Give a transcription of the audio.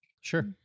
Sure